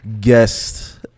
guest